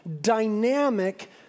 dynamic